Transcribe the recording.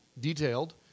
detailed